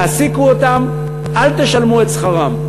תעסיקו אותם ואל תשלמו את שכרם.